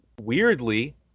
weirdly